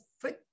foot